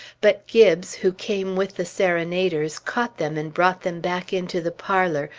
but gibbes, who came with the serenaders, caught them and brought them back into the parlor,